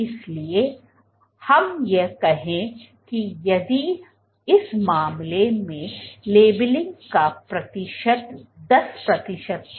इसलिए हम यह कहें कि यदि इस मामले में लेबलिंग का प्रतिशत 10 प्रतिशत था